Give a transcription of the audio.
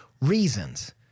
reasons